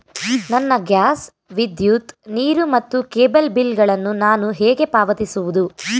ನನ್ನ ಗ್ಯಾಸ್, ವಿದ್ಯುತ್, ನೀರು ಮತ್ತು ಕೇಬಲ್ ಬಿಲ್ ಗಳನ್ನು ನಾನು ಹೇಗೆ ಪಾವತಿಸುವುದು?